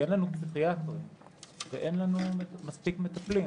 אין לנו פסיכיאטרים ואין לנו מספיק מטפלים,